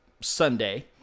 Sunday